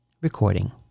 recording